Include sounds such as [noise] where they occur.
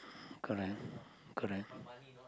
correct [breath] correct